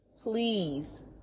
please